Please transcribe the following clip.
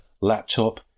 laptop